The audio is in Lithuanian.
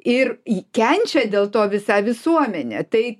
ir į kenčia dėl to visa visuomenė tai